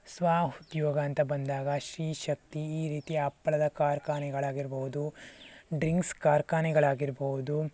ಸ್ವ ಉದ್ಯೋಗ ಅಂತ ಬಂದಾಗ ಶ್ರೀ ಶಕ್ತಿ ಈ ರೀತಿ ಹಪ್ಪಳದ ಕಾರ್ಖಾನೆಗಳಾಗಿರ್ಬೋದು ಡ್ರಿಂಕ್ಸ್ ಕಾರ್ಖಾನೆಗಳಾಗಿರ್ಬೋದು